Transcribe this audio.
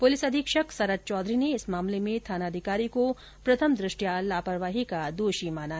police अधीक्षक सरद चौधरी ने इस मामले में थानाधिकरी को प्रथम दृष्टयां लापरवाही का दोषी माना